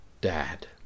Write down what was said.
dad